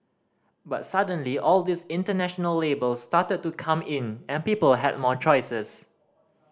but suddenly all these international labels started to come in and people had more choices